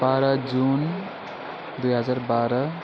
बाह्र जुन दुई हजार बाह्र